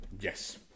Yes